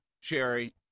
Sherry